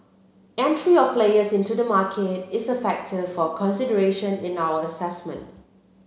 entry of players into the market is a factor for consideration in our assessment